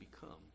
become